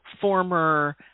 former –